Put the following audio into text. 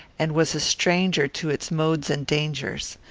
and was a stranger to its modes and dangers.